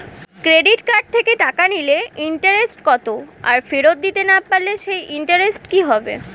Credit card থেকে টাকা নিলে ইন্টারেস্ট কত আর ফেরত দিতে না পারলে সেই ইন্টারেস্ট কি হবে?